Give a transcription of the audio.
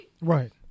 Right